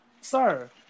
Sir